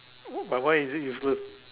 but why is it useless